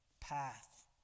path